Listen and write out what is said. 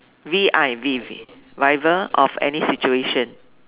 V I V V vibe of any situation